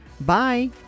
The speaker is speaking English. Bye